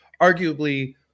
arguably